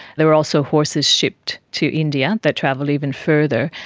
there were also horses shipped to india that travelled even further,